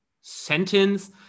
sentence